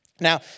now